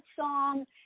song